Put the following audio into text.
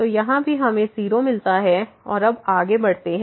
तो यहां भी हमें 0 मिलता है और अब आगे बढ़ते हैं